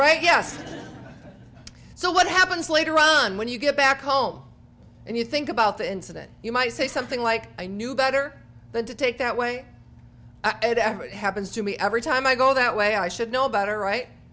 right yes so what happens later on when you get back home and you think about the incident you might say something like i knew better than to take that way i'd ever it happens to me every time i go that way i should know better right